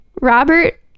Robert